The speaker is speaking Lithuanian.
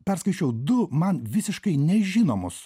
perskaičiau du man visiškai nežinomus